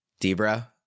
Debra